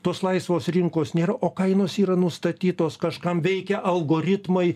tos laisvos rinkos nėra o kainos yra nustatytos kažkam veikia algoritmai